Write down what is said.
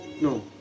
No